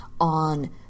on